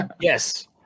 Yes